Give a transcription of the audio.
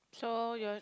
so your